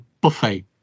buffet